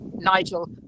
Nigel